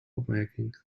opmerking